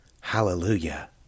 Hallelujah